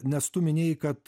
nes tu minėjai kad